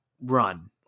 run